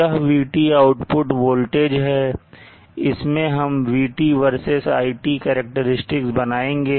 यह vT output voltage है जिससे हम vT versus iT करैक्टेरिस्टिक्स बनाएंगे